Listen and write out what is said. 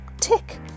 Tick